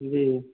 जी